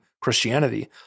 Christianity